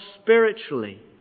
spiritually